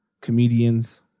Comedians